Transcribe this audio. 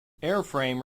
airframe